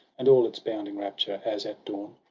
and all its bounding rapture as, at dawn,